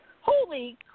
Holy